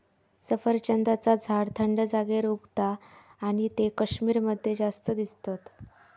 सफरचंदाचा झाड थंड जागेर उगता आणि ते कश्मीर मध्ये जास्त दिसतत